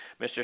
Mr